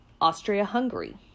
Austria-Hungary